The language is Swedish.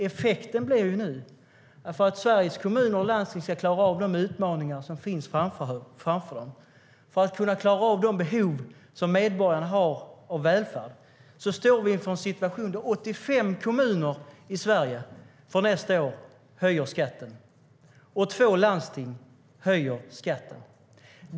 Effekten blir ju nu att för att Sveriges kommuner och landsting ska klara av de utmaningar som finns framför dem och för att kunna klara av de behov som medborgarna har av välfärd står vi inför en situation där 85 kommuner och 2 landsting i Sverige höjer skatten för nästa år.